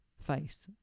face